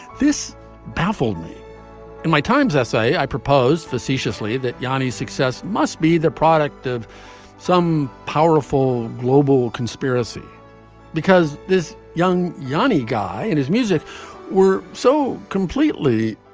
this baffled me in my times essay. i proposed facetiously that yanni's success must be the product of some powerful global conspiracy because this young yonni guy and his music were so completely